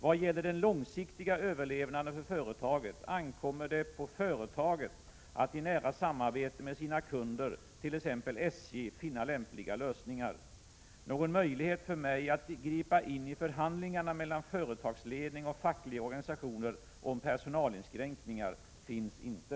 Vad gäller den långsiktiga överlevnaden för företaget ankommer det på företaget att i nära samarbete med sina kunder, t.ex. SJ, finna lämpliga lösningar. Någon möjlighet för mig att gripa in i förhandlingarna mellan företagsledning och fackliga organisationer om personalinskräkningar finns inte.